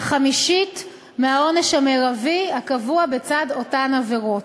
על חמישית מהעונש המרבי הקבוע בצד אותן עבירות.